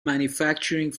manufacturing